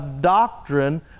doctrine